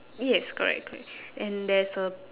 yes correct correct and there is a